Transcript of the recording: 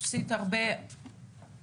עשית הרבה דיוק.